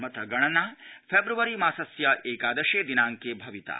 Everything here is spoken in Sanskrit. मतगणना प्रेब्वरी मासस्य एकादशे दिनाड़के भविता